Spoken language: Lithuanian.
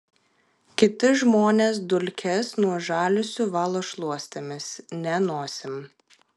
kiti žmonės dulkes nuo žaliuzių valo šluostėmis ne nosim